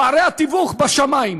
פערי התיווך בשמים,